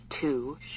two